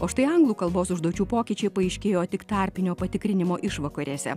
o štai anglų kalbos užduočių pokyčiai paaiškėjo tik tarpinio patikrinimo išvakarėse